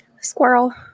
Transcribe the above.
Squirrel